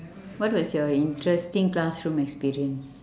what was your interesting classroom experience